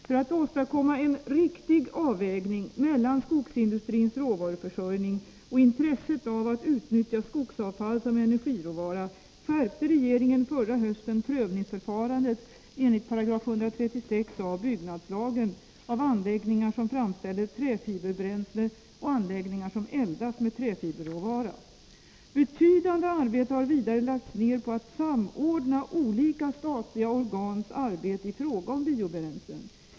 För att åstadkomma en riktig avvägning mellan skogsindustrins råvaruförsörjning och intresset av att utnyttja skogsavfall som energiråvara skärpte regeringen förra hösten prövningsförfarandet enligt 136 a § byggnadslagen när det gäller anläggningar som framställer träfiberbränsle och anläggningar som eldas med träfiberråvara. Betydande arbete har vidare lagts ner på att samordna olika statliga organs arbete i fråga om biobränslen.